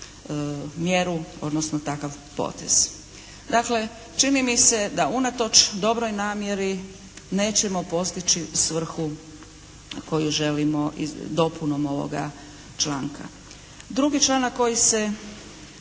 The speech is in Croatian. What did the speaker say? mjeru, odnosno takav potez. Dakle čini mi se da unatoč dobroj namjeri nećemo postići svrhu koju želimo dopunom ovoga članka. Drugi članak koji se